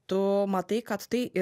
tu matai kad tai